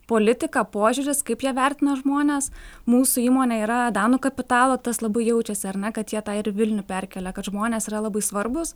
politika požiūris kaip jie vertina žmones mūsų įmonė yra danų kapitalo tas labai jaučiasi ar na kad jie tą ir vilnių perkelia kad žmonės yra labai svarbūs